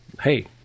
hey